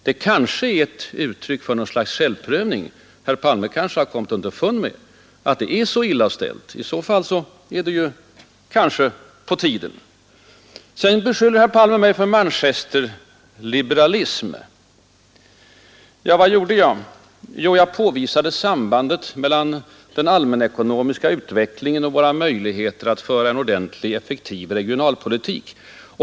Det kanske är ett uttryck för något slags självprövning herr Palme har möjligen kommit underfund med att det är illa ställt. I så fall är det på tiden. Vidare beskyller herr Palme mig för manchesterliberalism. Ja, vad var det jag sade? Jo, jag påvisade sambandet mellan den allmänna ekonomiska utvecklingen och våra möjligheter att föra en effektiv regionalpolitik.